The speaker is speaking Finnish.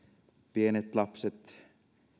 pienet lapset